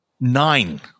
Nine